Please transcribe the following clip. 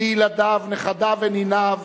לילדיו, לנכדיו ולניניו,